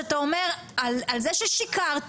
שאתה אומר על זה ששיקרתם,